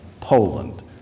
Poland